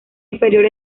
inferior